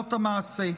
בעולמות המעשה.